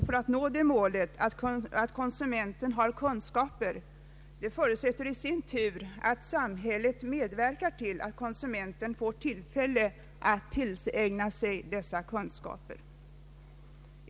För att nå det målet, att konsumenten har kunskaper, fordras i sin tur att samhället medverkar till att konsumenten får tillfälle att tillägna sig dessa kunskaper.